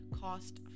cost